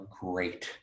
great